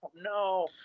no